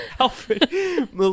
Alfred